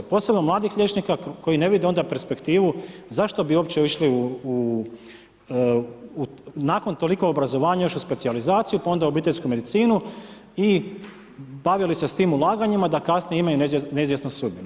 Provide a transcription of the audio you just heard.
Posebno mladih liječnika koji ne vide onda perspektivu zašto bi uopće išli u nakon toliko obrazovanja išli u specijalizaciju, pa onda obiteljsku medicinu i bavili se s tim ulaganjima da kasnije imaju neizvjesnu sudbinu.